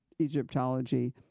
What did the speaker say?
Egyptology